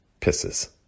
pisses